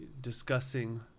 discussing